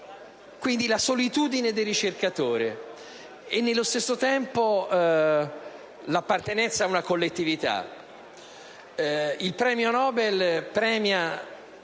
- la solitudine del ricercatore e nello stesso tempo l'appartenenza a una collettività. Il premio Nobel premia